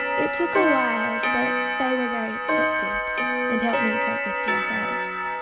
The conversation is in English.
it took a while but they were very accepting and helped me cope with the arthritis.